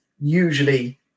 usually